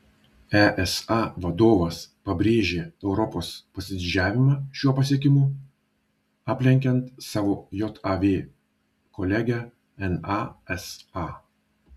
esa vadovas pabrėžė europos pasididžiavimą šiuo pasiekimu aplenkiant savo jav kolegę nasa